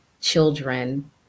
children